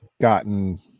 gotten